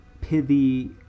pithy